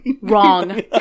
Wrong